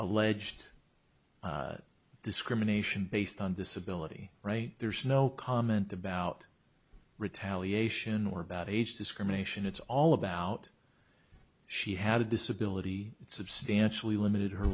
alleged discrimination based on disability right there's no comment about retaliation or about age discrimination it's all about she had a disability substantially limited her